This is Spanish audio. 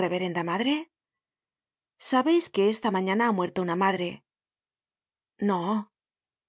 reverenda madre sabeis que esta mañana ha muerto una madre no